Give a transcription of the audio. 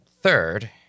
third